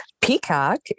Peacock